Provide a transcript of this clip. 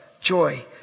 joy